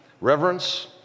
reverence